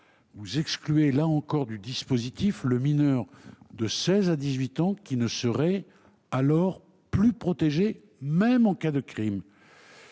vous excluez du dispositif le mineur de 16 à 18 ans, qui ne serait plus protégé, même en cas de crime.